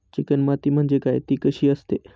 Chicken माती म्हणजे काय? ति कशी असते?